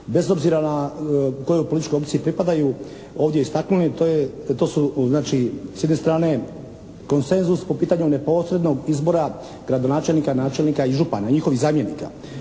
bez obzira kojoj političkoj opciji pripadaju ovdje istaknuli. To su znači s jedne strane konsenzus po pitanju neposrednog izbora gradonačelnika, načelnika i župana i njihovih zamjenika.